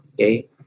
Okay